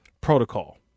protocol